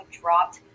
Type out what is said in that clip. dropped